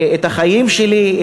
את החיים שלי,